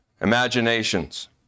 imaginations